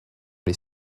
les